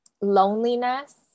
loneliness